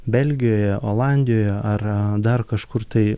belgijoje olandijoje ar dar kažkur tai